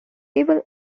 able